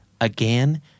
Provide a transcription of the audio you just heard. again